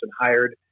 hired